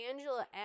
Angela